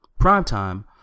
Primetime